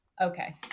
Okay